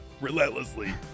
relentlessly